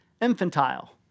infantile